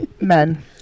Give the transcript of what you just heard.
Men